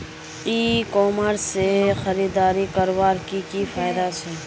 ई commerce से खरीदारी करवार की की फायदा छे?